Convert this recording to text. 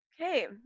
Okay